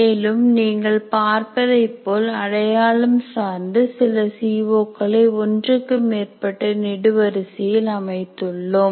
மேலும் நீங்கள் பார்ப்பதைப் போல் அடையாளம் சார்ந்து சில சிஓ களை ஒன்றுக்கும் மேற்பட்ட நெடு வரிசையில் அமைத்துள்ளோம்